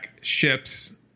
ships